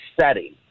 setting